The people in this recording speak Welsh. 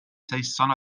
saeson